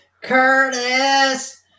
Curtis